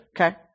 Okay